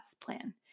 plan